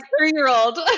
three-year-old